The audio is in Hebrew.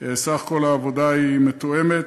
בסך הכול העבודה מתואמת.